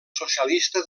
socialista